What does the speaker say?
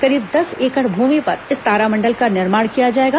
करीब दस एकड़ भूमि पर इस तारामंडल का निर्माण किया जाएगा